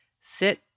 sit